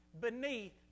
beneath